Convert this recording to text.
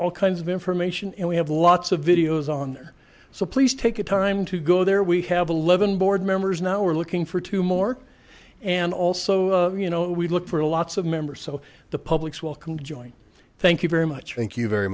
all kinds of information and we have lots of videos on there so please take the time to go there we have eleven board members now we're looking for two more and also you know we look for lots of members so the public's welcome to join thank you very much frank you very